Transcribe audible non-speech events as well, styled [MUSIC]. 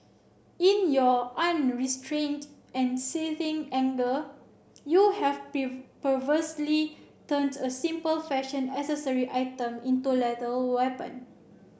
in your unrestrained and seething anger you have [UNINTELLIGIBLE] perversely turned a simple fashion accessory item into a lethal weapon